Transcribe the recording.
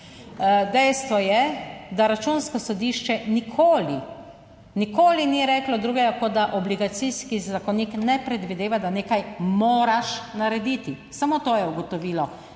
Dejstvo je, da Računsko sodišče nikoli, nikoli ni reklo drugega, kot da Obligacijski zakonik ne predvideva, da nekaj moraš narediti, samo to je ugotovilo.